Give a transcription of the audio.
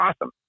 awesome